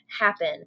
happen